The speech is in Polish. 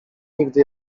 nigdy